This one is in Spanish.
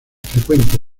frecuente